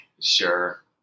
Sure